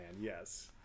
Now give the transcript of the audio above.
yes